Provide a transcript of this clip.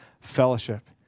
fellowship